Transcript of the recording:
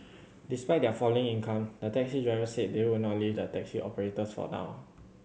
despite their falling income the taxi drivers said they would not leave the taxi operators for now